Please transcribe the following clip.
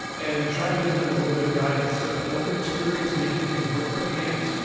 and try to give them a little bit of guidance, let them experience making things with their hands,